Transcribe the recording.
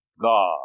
God